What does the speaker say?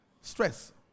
stress